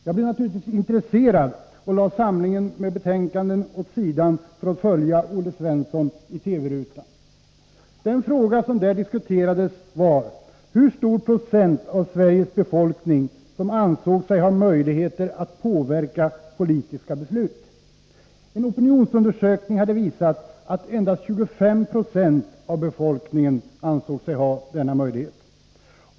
Jag blev naturligtvis intresserad och lade samlingen med betänkanden åt sidan för att följa Olle Svensson i TV-rutan. Den fråga som diskuterades var hur många procent av Sveriges befolkning som ansåg sig ha möjligheter att påverka politikernas beslut. En opinionsundersökning hade visat att endast 25 26 av befolkningen ansåg sig ha denna möjlighet.